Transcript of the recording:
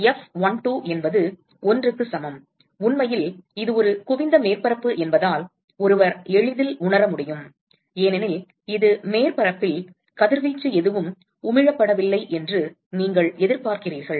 F12 என்பது 1 க்கு சமம் உண்மையில் இது ஒரு குவிந்த மேற்பரப்பு என்பதால் ஒருவர் எளிதில் உணர முடியும் ஏனெனில் இது மேற்பரப்பில் கதிர்வீச்சு எதுவும் உமிழப்படவில்லை என்று நீங்கள் எதிர்பார்க்கிறீர்கள்